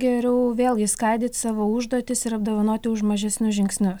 geriau vėl išskaidyt savo užduotis ir apdovanoti už mažesnius žingsnius